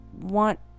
want